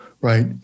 Right